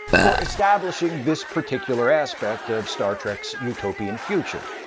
for establishing this particular aspect of star trek's utopian future.